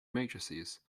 matrices